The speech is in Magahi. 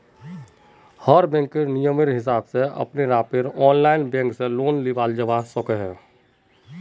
हर बैंकेर नियमेर हिसाब से अपने आप ऑनलाइन बैंक से लोन लियाल जावा सकोह